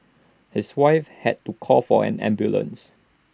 his wife had to call for an ambulance